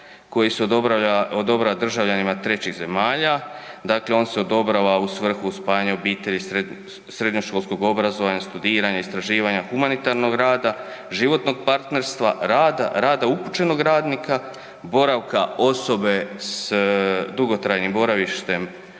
koji se odobrava državljanima trećih zemalja, dakle on se odobrava u svrhu spajanja obitelji, srednjoškolskog obrazovanja, studiranja, istraživanja, humanitarnog rada, životnog partnerstva, rada, rada upućenog radnika, boravka osobe s dugotrajnim boravištem